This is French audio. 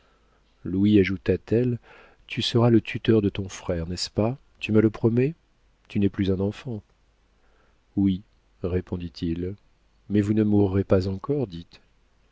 louis ajouta-t-elle tu seras le tuteur de ton frère n'est-ce pas tu me le promets tu n'es plus un enfant oui répondit-il mais vous ne mourrez pas encore